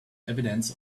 evidence